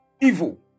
evil